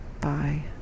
Bye